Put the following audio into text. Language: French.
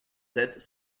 sept